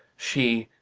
she